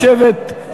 נא לשבת.